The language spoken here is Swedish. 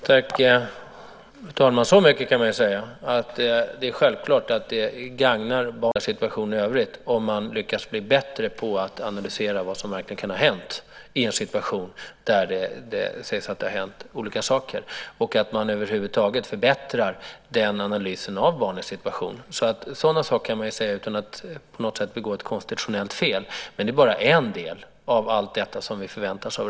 Fru talman! Så mycket kan jag säga att det är självklart att det gagnar barnets bästa och hela situationen i övrigt om man lyckas bli bättre på att analysera vad som verkligen kan ha hänt i en situation där det sägs att det här hänt olika saker, och om man över huvud taget förbättrar den analysen av barnets situation. Man kan säga sådana saker utan att begå ett konstitutionellt fel. Men det är bara en del av allt detta som vi förväntar oss.